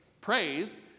praise